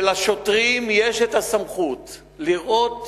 לשוטרים יש הסמכות, אם רואים